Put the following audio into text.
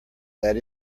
that